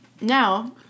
Now